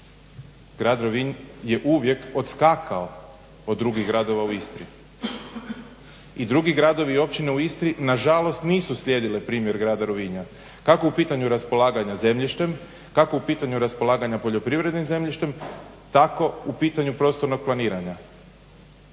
Grad Rovinj je uvijek odskakao od drugih gradova u Istri. I drugi gradovi i općine u Istri na žalost nisu slijedile primjer grada Rovinja kako u pitanju raspolaganja zemljištem, kako u pitanju raspolaganja poljoprivrednim zemljištem tako u pitanju prostornog planiranja.